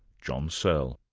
john searle